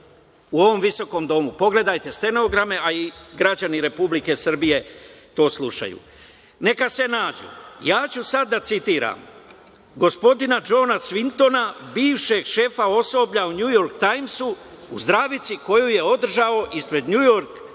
u ovom visokom domu. Pogledajte stenograme, a i građani Republike Srbije to slušaju. Neka se nađu. Ja ću sada da citiram gospodina Džona Svintona, bivšeg šefa osoblja u Njujork Tajmsu u zdravici koju je održao ispred Njujork pres